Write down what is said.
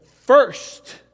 first